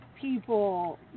people